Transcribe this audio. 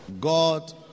God